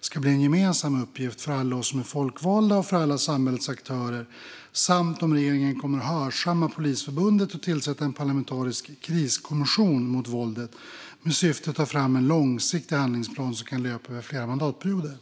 ska bli en gemensam uppgift för alla oss som är folkvalda och för alla samhällets aktörer samt om regeringen kommer att hörsamma Polisförbundet och tillsätta en parlamentarisk kriskommission mot våldet, med syfte att ta fram en långsiktig handlingsplan som kan löpa över flera mandatperioder.